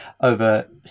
over